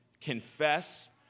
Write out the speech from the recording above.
confess